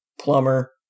Plumber